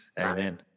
Amen